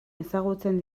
ezagutzen